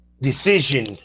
decision